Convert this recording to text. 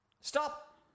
Stop